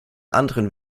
anderen